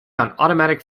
automatic